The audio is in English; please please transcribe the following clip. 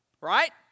Right